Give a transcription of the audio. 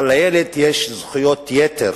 אבל לילד יש זכויות יתר,